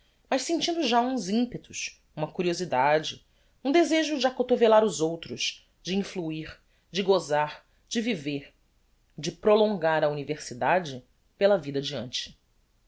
mas sentindo já uns impetos uma curiosidade um desejo de acotovellar os outros de influir de gozar de viver de prolongar a universidade pela vida adeante